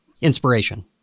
Inspiration